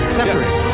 separate